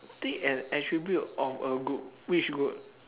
take an attribute of a group which group